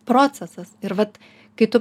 procesas ir vat kai tu